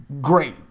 great